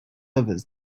others